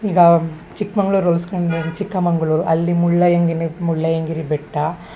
ಈಗ ಚಿಕ್ಮಗ್ಳೂರು ಚಿಕ್ಕಮಗ್ಳೂರು ಅಲ್ಲಿ ಮುಳ್ಳಯನಗಿರಿ ಮುಳ್ಳಯನಗಿರಿ ಬೆಟ್ಟ